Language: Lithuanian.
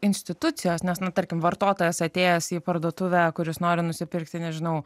institucijos nes nutarkim vartotojas atėjęs į parduotuvę kuris nori nusipirkti nežinau